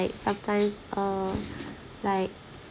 sometimes uh like